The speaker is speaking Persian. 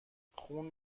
خون